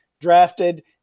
drafted